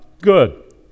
good